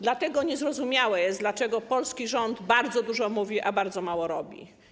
Dlatego niezrozumiałe jest, dlaczego polski rząd bardzo dużo mówi, a bardzo mało robi.